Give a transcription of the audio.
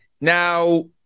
Now